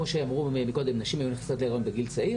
כמו שאמרו קודם נשים היו נכנסות להריון בגיל צעיר,